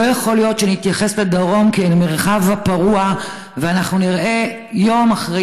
לא יכול להיות שנתייחס לדרום כאל המרחב הפרוע ואנחנו נראה יום אחרי